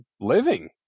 living